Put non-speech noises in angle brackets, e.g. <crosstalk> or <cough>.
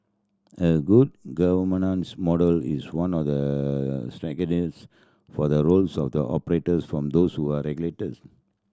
a good <unintelligible> model is one <unintelligible> for the roles of the operators from those who are regulators